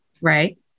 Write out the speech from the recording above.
Right